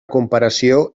comparació